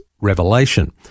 Revelation